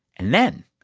and then,